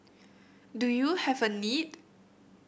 do you have a need